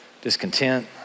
discontent